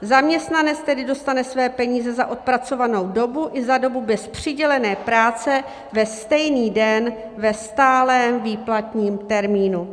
Zaměstnanec tedy dostane své peníze za odpracovanou dobu i za dobu bez přidělené práce ve stejný den ve stálém výplatním termínu.